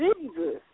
Jesus